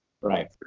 Right